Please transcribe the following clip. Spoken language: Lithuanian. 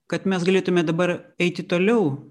kad mes galėtume dabar eiti toliau